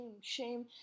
shame